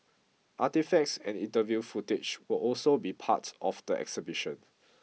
artefacts and interview footage will also be part of the exhibition